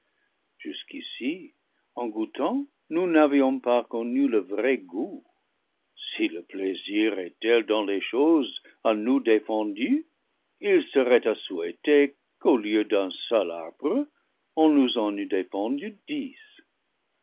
jusqu'ici en goû tant nous n'avions pas connu le vrai goût si le plaisir est tel dans les choses à nous défendues il serait à souhaiter qu'au lieu d'un seul arbre on nous en eût défendu